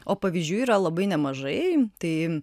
o pavyzdžių yra labai nemažai tai